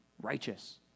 righteous